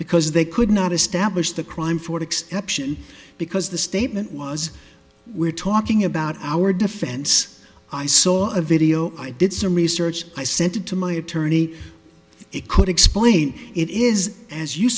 because they could not establish the crime for exception because the statement was we're talking about our defense i saw a video i did some research i said to my attorney it could explain it is as you